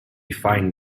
find